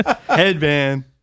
headband